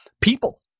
people